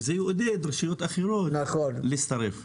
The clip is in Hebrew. זה יעודד רשויות אחרות להצטרף.